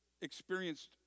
experienced